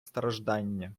страждання